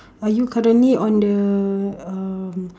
are you currently on the uh